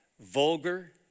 vulgar